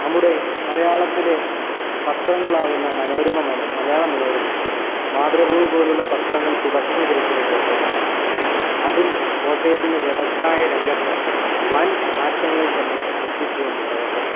നമ്മുടെ മലയാളത്തിലെ പത്രങ്ങൾ ആകുന്ന മനോരമ മലയാള മനോരമ മാതൃഭൂമി പോലുള്ള പത്രങ്ങൾ തുടക്കം കുറിച്ചത് കോട്ടയത്താണ് അതും കോട്ടയത്തിന് വ്യവസായ രംഗത്ത് വൻ മാറ്റങ്ങൾ തന്നെ സൃഷ്ടിച്ചു എന്ന് പറയട്ടെ